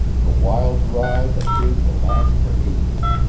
the wild ride appeared to last for ages.